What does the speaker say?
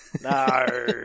No